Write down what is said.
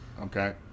Okay